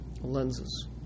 lenses